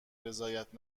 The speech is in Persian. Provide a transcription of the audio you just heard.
رضایت